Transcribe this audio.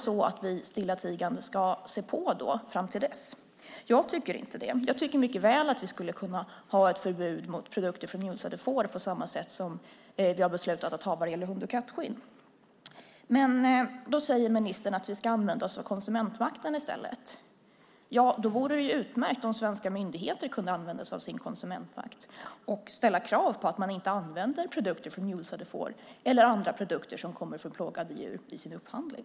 Ska vi stillatigande se på fram till dess? Jag tycker inte det. Jag tycker att vi mycket väl skulle kunna ha ett förbud mot produkter från får som utsatts för mulesing på samma sätt som vi har beslutat att ha när det gäller hund och kattskinn. Ministern säger att vi ska använda oss av konsumentmakten i stället. Då vore det utmärkt om svenska myndigheter kunde använda sig av sin konsumentmakt och ställa krav på att man inte använder produkter från får som utsatts för mulesing eller andra produkter som kommer från plågade djur i sin upphandling.